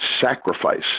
sacrifice